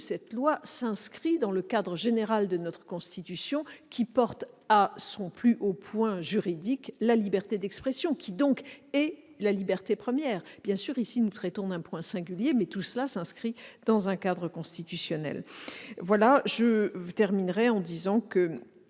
ce texte s'inscrit dans le cadre général de notre Constitution, laquelle porte à son plus haut point juridique la liberté d'expression, qui est donc la liberté première. Bien sûr, nous traitons ici d'un point singulier, mais tout cela s'inscrit dans un cadre constitutionnel. Je terminerai en disant que,